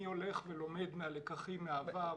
מי הולך ולומד מהלקחים מהעבר,